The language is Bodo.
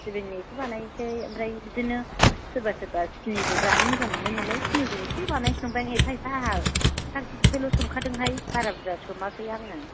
सिबिंनि एसे बानायनिसै ओमफ्राय बिदिनो सोरबा सोरबा सिनिबो जानो मोजां मोनो नालाय सिनिजों एसे बानायनिसै नंदों एफा एफा आंहा साथ केजिसोल' सोमखादोंहाय बारा बुरजा सोमाखै आङो